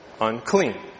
unclean